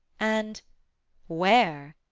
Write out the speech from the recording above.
and where,